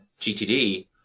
GTD